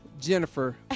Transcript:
Jennifer